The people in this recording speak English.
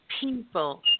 people